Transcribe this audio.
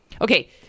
Okay